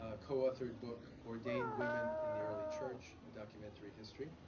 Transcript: ah coauthored book, ordained women in the early church, a documentary history